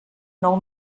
nou